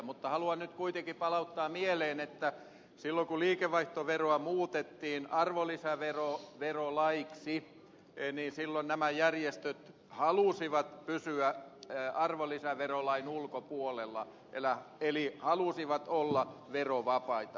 mutta haluan nyt kuitenkin palauttaa mieleen että silloin kun liikevaihtoveroa muutettiin arvonlisäveroksi nämä järjestöt halusivat pysyä arvonlisäverolain ulkopuolella eli halusivat olla verovapaita